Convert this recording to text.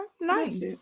Nice